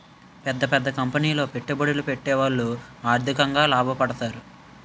పెద్ద పెద్ద కంపెనీలో పెట్టుబడులు పెట్టేవాళ్లు ఆర్థికంగా లాభపడతారు